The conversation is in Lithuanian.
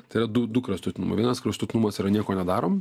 tai yra du du kraštutinumai vienas kraštutinumas yra nieko nedarom